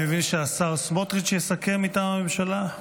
אני מבין שהשר סמוטריץ' יסכם מטעם הממשלה,